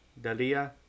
Dalia